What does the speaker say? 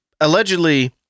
allegedly